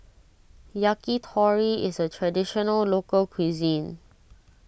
Yakitori is a Traditional Local Cuisine